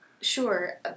Sure